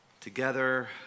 together